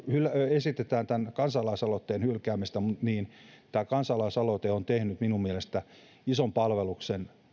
esitetään tämän kansalaisaloitteen hylkäämistä niin tämä kansalaisaloite on tehnyt minun mielestäni ison palveluksen